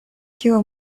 kiu